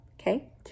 okay